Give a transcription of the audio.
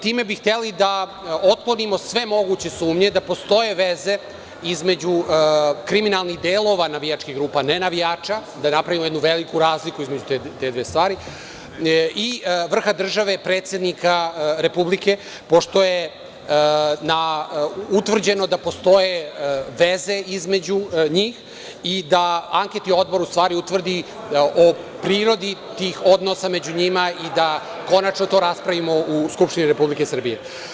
Time bi hteli da otklonimo sve moguće sumnje da postoje veze između kriminalnih delova navijačkih grupa, ne navijača, da napravimo jednu veliku razliku između te dve stvari i vrha države, predsednika Republike, pošto je utvrđeno da postoje veze između njih i da anketni odbor utvrdi o prirodi tih odnosa među njima i da konačno to raspravimo u Skupštini Republike Srbije.